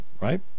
right